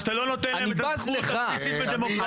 מכיוון שאתה לא נותן להם את הזכות הבסיסית והדמוקרטית.